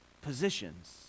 positions